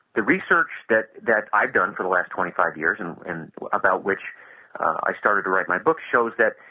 the research that that i've done for the last twenty five years and and about which i started to write my book shows that,